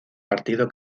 partido